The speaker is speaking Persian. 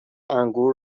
انگور